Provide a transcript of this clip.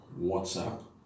WhatsApp